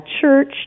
church